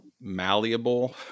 malleable